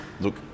look